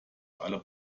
alle